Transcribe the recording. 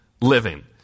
living